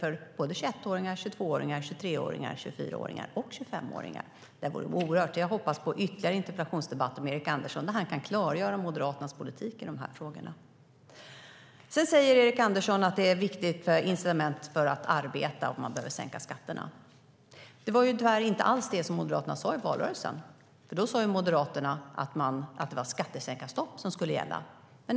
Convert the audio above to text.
Det gäller 21-åringar, 22-åringar, 23-åringar, 24-åringar och 25-åringar. Jag hoppas på ytterligare interpellationsdebatter med Erik Andersson där han kan klargöra Moderaternas politik i dessa frågor. Sedan säger Erik Andersson att sänkta skatter är ett viktigt incitament för att arbeta. Det var ju tyvärr inte alls det som Moderaterna sa i valrörelsen. Då sa de att det var skattesänkarstopp som skulle gälla.